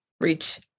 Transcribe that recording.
reach